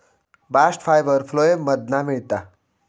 bast fibre phloem मधना मिळता